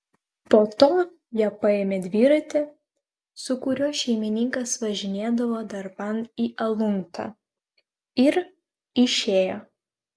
po to jie paėmė dviratį su kuriuo šeimininkas važinėdavo darban į aluntą ir išėjo